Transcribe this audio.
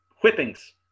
whippings